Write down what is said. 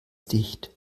dicht